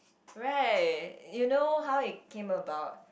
right you know how it came about